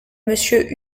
monsieur